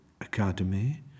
Academy